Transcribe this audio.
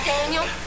Daniel